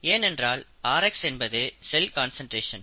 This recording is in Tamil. ஏனென்றால் rx என்பது செல் கான்சன்ட்ரேஷன்